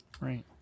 right